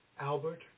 Albert